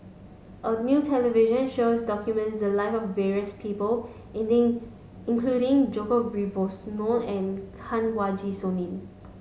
a new television shows documented the live of various people including Djoko Wibisono and Kanwaljit Soin